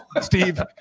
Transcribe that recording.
Steve